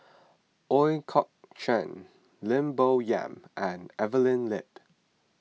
Ooi Kok Chuen Lim Bo Yam and Evelyn Lip